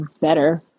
better